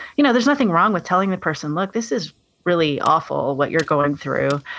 you know there's nothing wrong with telling the person, look, this is really awful what you're going through.